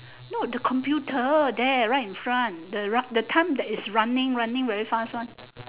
not the time computer there right in front the ri~ the time that is running running very fast one